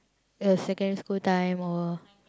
your secondary school time or